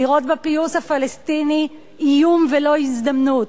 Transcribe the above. לראות בפיוס הפלסטיני איום ולא הזדמנות,